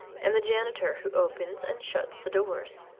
and the janitor who opens and shuts the doors.